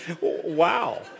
Wow